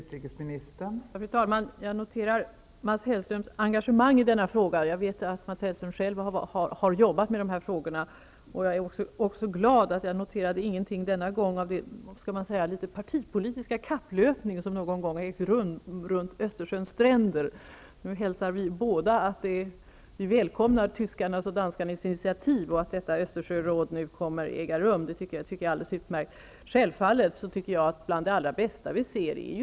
Fru talman! Jag noterar Mats Hellströms engagemang i denna fråga. Jag vet att Mats Hellström själv har jobbat med dessa frågor. Jag är också glad att jag denna gång inte noterade någonting av den partipolitiska kapplöpning som någon gång har ägt rum runt Östersjöns stränder. Vi välkomnar båda tyskarnas och danskarnas initiativ. Det är alldeles utmärkt att detta Östersjöråd nu kommer att äga rum. Vänortssamarbetena, de kommunala samarbetena är något bland det allra bästa vi ser.